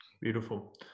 Beautiful